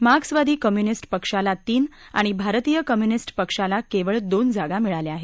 मार्क्सवादी कम्यूनिस्ट पक्षाला तीन आणि भारतीय कम्यूनिस्ट पक्षाला केवळ दोन जागा मिळाल्या आहेत